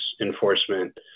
enforcement